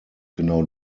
genau